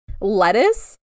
lettuce